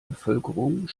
bevölkerung